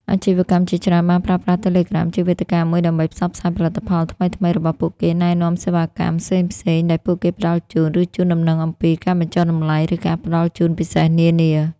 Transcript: អាជីវកម្មជាច្រើនបានប្រើប្រាស់ Telegram ជាវេទិកាមួយដើម្បី ផ្សព្វផ្សាយផលិតផល ថ្មីៗរបស់ពួកគេ ណែនាំ សេវាកម្ម ផ្សេងៗដែលពួកគេផ្តល់ជូន ឬជូនដំណឹងអំពី ការបញ្ចុះតម្លៃ ឬការផ្តល់ជូនពិសេសនានា។